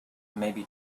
maybe